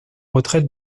retraite